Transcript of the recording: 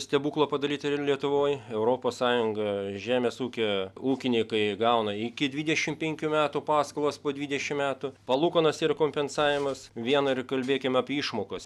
stebuklą padaryti ir lietuvoj europos sąjunga žemės ūkio ūkininkai gauna iki dvidešimt penkių metų paskolas po dvidešimt metų palūkanos ir kompensavimas viena ir kalbėkim apie išmokas